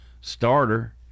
starter